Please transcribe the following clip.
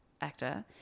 actor